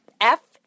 F-